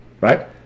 right